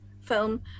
film